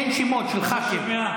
תן שמות של ח"כים.